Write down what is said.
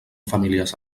familiars